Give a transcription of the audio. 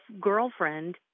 girlfriend